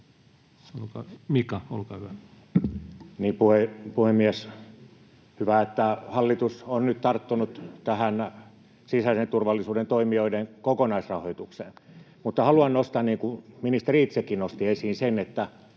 Mika, olkaa hyvä. Puhemies! Hyvä, että hallitus on nyt tarttunut tähän sisäisen turvallisuuden toimijoiden kokonaisrahoitukseen. Mutta haluan nostaa, niin kuin ministeri itsekin nosti esiin, että